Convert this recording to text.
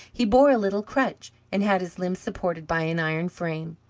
he bore a little crutch, and had his limbs supported by an iron frame!